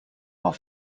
are